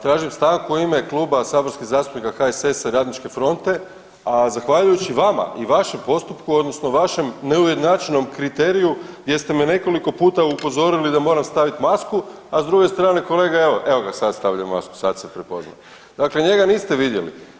Tražim stanku u ime Kluba saborskih zastupnika HSS-a i Radničke fronte, a zahvaljujući vama i vašem postupku odnosno vašem neujednačenom kriteriju gdje ste me nekoliko puta upozorili da moram staviti masku, a s druge strane kolega, evo, evo ga, sad stavlja masku, sad se prepoznao, dakle njega niste vidjeli.